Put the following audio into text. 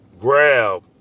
grab